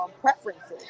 preferences